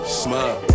smile